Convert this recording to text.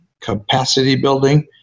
capacity-building